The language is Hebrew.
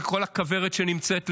כל הכוורת שנמצאת לידו: